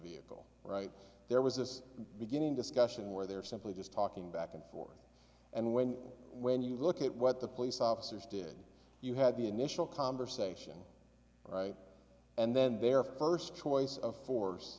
vehicle right there was this beginning discussion where they were simply just talking back and forth and when you when you look at what the police officers did you had the initial converse right and then their first choice of force